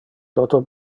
toto